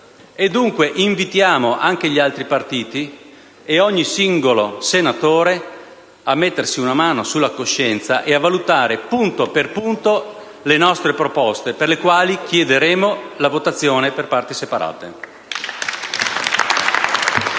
dunque anche gli altri partiti, e ogni singolo senatore, a mettersi una mano sulla coscienza e a valutare punto per punto le nostre proposte, per le quali chiederemo la votazione per parti separate. *(Applausi